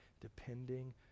depending